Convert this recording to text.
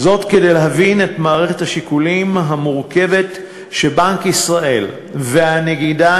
כדי להבין את מערכת השיקולים המורכבת שבנק ישראל והנגידה,